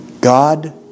God